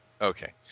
Okay